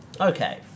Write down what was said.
okay